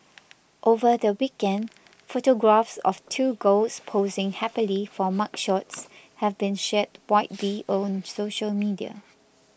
over the weekend photographs of two girls posing happily for mugshots have been shared widely on social media